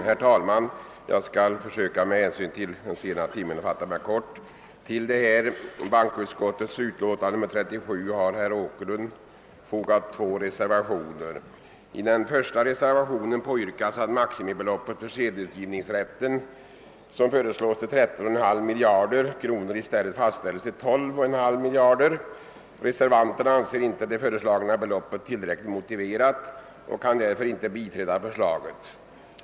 Herr talman! Med hänsyn till den se na timmen skall jag försöka fatta mig kort. Till detta utlåtande från bankoutskottet har herr Åkerlund fogat två reservationer. I reservationen 1 påyrkas att maximibeloppet för sedelutgivningsrätten, som i propositionen föreslås till 13,5 miljarder kronor, i stället fastställes till 12,5 miljarder kronor. Reservanten anser inte det föreslagna beloppet tillräckligt motiverat och kan därför inte biträda förslaget.